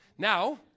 Now